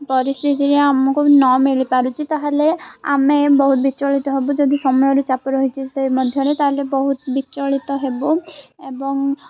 ପରିସ୍ଥିତିରେ ଆମକୁ ନ ମିଳିପାରୁଛି ତା'ହେଲେ ଆମେ ବହୁତ ବିଚଳିତ ହବୁ ଯଦି ସମୟରୁ ଚାପ ରହିଛି ସେ ମଧ୍ୟରେ ତା'ହେଲେ ବହୁତ ବିଚଳିତ ହେବୁ ଏବଂ